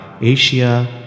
Asia